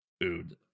food